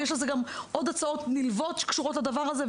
יש לזה גם עוד הצעות נלוות שקשורות לדבר הזה,